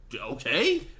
okay